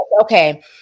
Okay